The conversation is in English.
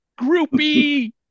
groupie